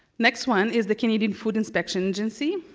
next one is the canadian food inspection agency,